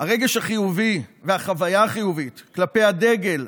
הרגש החיובי והחוויה החיובית כלפי הדגל,